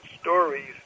stories